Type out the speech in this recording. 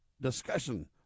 discussion